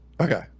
Okay